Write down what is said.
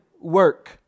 work